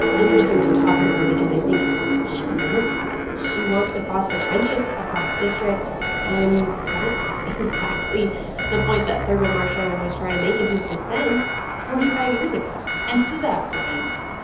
interesting to talk with her because i think she wants that. she wants to foster friendship across districts. and that's exactly the point that thurgood marshall was trying to make in his dissent forty five years ago and to that point,